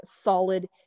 solid